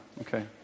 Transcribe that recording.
Okay